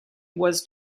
was